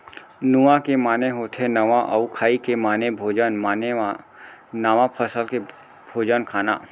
नुआ के माने होथे नवा अउ खाई के माने भोजन माने नवा फसल के भोजन खाना